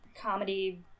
comedy